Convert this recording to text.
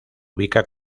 ubica